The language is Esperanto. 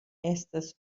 estas